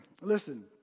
listen